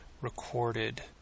recorded